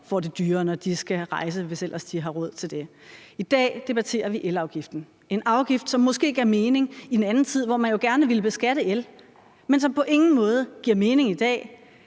får det dyrere, når de skal rejse, hvis ellers de har råd til det. I dag debatterer vi elafgiften – en afgift, som måske gav mening i en anden tid, hvor man jo gerne ville beskatte el, men som på ingen måde giver mening i dag.